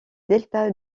delta